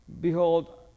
Behold